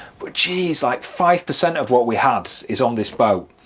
but jeez, like five percent of what we had is on this boat.